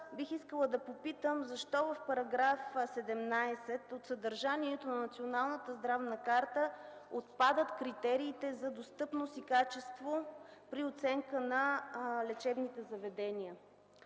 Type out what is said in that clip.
Бих искала да попитам защо в § 17 от съдържанието на Националната здравна карта отпадат критериите за достъпност и качество при оценка на лечебните заведения?